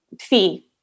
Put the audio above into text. fee